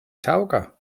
taŭga